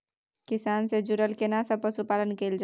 किसान से जुरल केना सब पशुपालन कैल जाय?